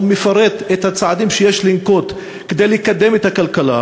הוא מפרט את הצעדים שיש לנקוט כדי לקדם את הכלכלה.